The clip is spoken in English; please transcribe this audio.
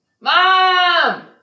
Mom